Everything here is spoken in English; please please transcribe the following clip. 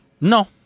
No